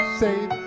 save